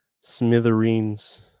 smithereens